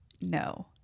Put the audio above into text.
no